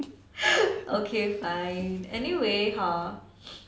okay fine anyway hor